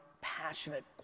passionate